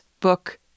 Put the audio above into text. book